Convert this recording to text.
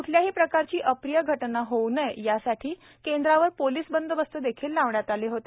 क्ठल्याही प्रकारची अप्रिय घटना होऊ नये यासाठी केंद्रावर पोलिस बंदोबस्त देखील लावण्यात आलेले होते